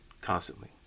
constantly